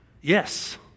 Yes